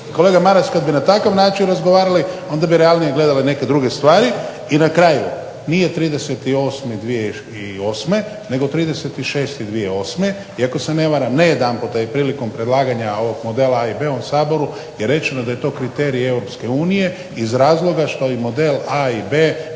Kolega Maras kad bi na takav način razgovarali onda bi realnije gledali neke druge stvari. I na kraju, nije 30.08.2008. nego 30.06.2008. i ako se ne varam ne jedanputa i prilikom predlaganja ovog modela, a i pri ovom Saboru je rečeno da je to kriterij EU iz razloga što i model A i B